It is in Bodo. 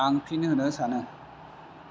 आं फिन होनो सानो